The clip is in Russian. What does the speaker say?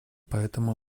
поэтому